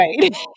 right